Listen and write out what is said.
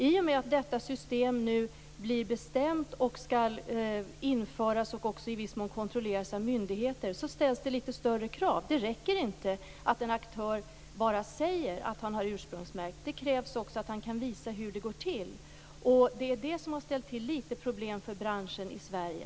I och med att det nu blir bestämt att detta system skall införas och i viss mån också kontrolleras av myndigheter, så ställs det litet större krav. Det räcker inte att en aktör bara säger att han har ursprungsmärkt. Det krävs också att han kan visa hur det går till. Det är det som har ställt till med litet problem för branschen i Sverige.